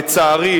לצערי,